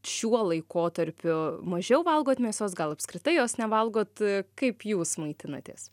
šiuo laikotarpiu mažiau valgot mėsos gal apskritai jos nevalgot kaip jūs maitinatės